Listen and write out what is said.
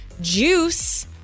juice